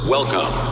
Welcome